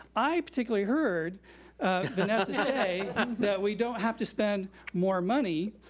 i particularly heard vanessa say that we don't have to spend more money.